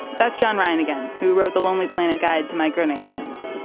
that's john ryan again, who wrote the lonely planet guide to micronations.